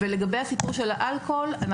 לגבי הסיפור של האלכוהול,